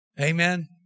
Amen